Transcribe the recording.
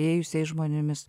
ėjusiais žmonėmis